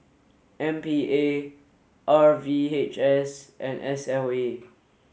M P A R V H S and S L A